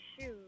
shoes